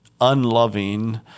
unloving